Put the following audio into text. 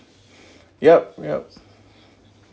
yup yup